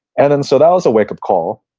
and then, so that was a wake up call.